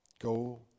go